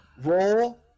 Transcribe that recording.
Roll